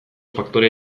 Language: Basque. faktorea